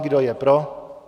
Kdo je pro?